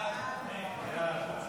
ההצעה להעביר את הצעת